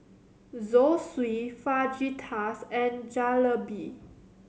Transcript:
Zosui Fajitas and Jalebi